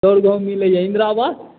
चाउर गहूॅंम मिलैया इन्द्रा आवास